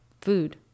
food